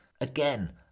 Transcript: again